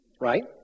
right